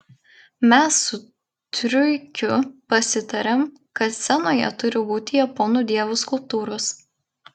mes su truikiu pasitarėm kad scenoje turi būti japonų dievų skulptūros